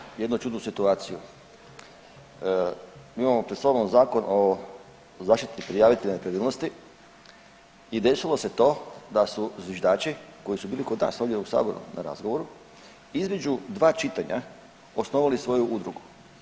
Evo imamo jednu čudnu situaciju, mi imamo pred sobom Zakon o zaštiti prijavitelja nepravilnosti i desilo se to da su zviždači koji su bili kod nas ovdje u saboru na razgovoru između dva čitanja osnovali svoju udrugu.